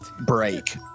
break